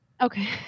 okay